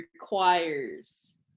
Requires